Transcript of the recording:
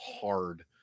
hard